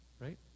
right